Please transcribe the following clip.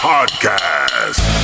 Podcast